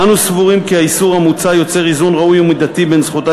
אנו סבורים כי האיסור המוצע יוצר איזון ראוי ומידתי בין זכותה